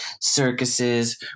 circuses